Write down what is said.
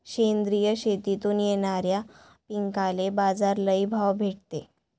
सेंद्रिय शेतीतून येनाऱ्या पिकांले बाजार लई भाव भेटते